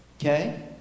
Okay